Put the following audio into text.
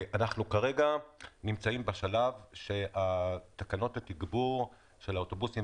אנחנו כרגע נמצאים בשלב שתקנות התגבור של האוטובוסים